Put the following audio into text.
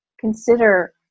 consider